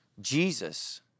Jesus